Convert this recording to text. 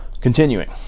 Continuing